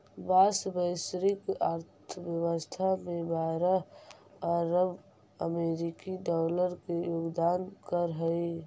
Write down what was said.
बाँस वैश्विक अर्थव्यवस्था में बारह अरब अमेरिकी डॉलर के योगदान करऽ हइ